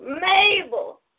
Mabel